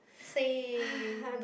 say